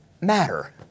matter